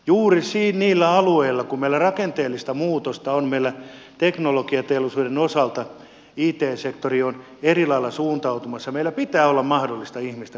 juuri niillä alueilla kun meillä rakenteellista muutosta on meillä teknologiateollisuuden osalta it sektori on eri lailla suuntautumassa ja meillä pitää olla mahdollista ihmisten kouluttautua